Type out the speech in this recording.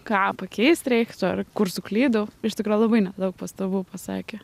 ką pakeis reiktų ar kur suklydau iš tikro labai nedaug pastangų pasakė